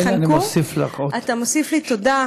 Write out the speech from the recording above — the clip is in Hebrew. שיפוט בעבירות ועזרה משפטית),